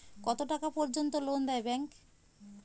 কত টাকা পর্যন্ত লোন দেয় ব্যাংক?